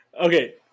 Okay